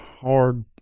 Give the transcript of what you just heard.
hard